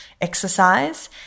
exercise